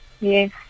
Yes